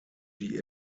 die